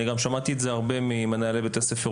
אני שמעתי על כך הרבה ממנהלי בתי הספר,